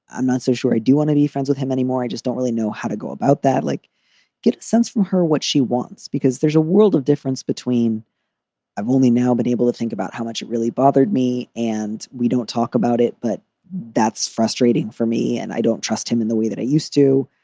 i'm not so sure i do want to be friends with him anymore. i just don't really know how to go about that, like get a sense from her what she wants, because there's a world of difference between i've only now been able to think about how much it really bothered me and we don't talk about it but that's frustrating for me and i don't trust him in the way that i used to.